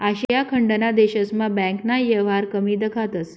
आशिया खंडना देशस्मा बँकना येवहार कमी दखातंस